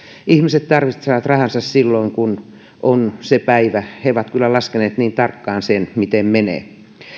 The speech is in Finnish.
ihmiset tarvitsevat rahansa silloin kun on se päivä he ovat kyllä laskeneet niin tarkkaan sen miten menee